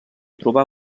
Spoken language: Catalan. trobar